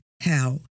hell